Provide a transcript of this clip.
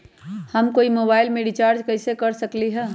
हम कोई मोबाईल में रिचार्ज कईसे कर सकली ह?